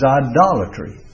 idolatry